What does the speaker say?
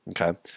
okay